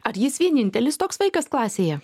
ar jis vienintelis toks vaikas klasėje